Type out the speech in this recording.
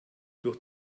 durch